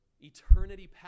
eternity